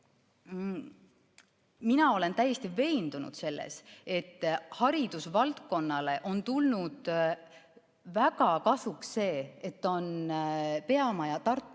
Mina olen täiesti veendunud selles, et haridusvaldkonnale on tulnud väga kasuks see, et on peamaja Tartus